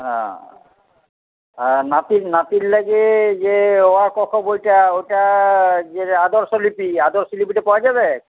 হ্যাঁ নাতি নাতির লাইগ্যে যে অ আ ক খ বইটা ওইটা যেটা আদর্শলিপি আদর্শলিপিটা পাওয়া যাবে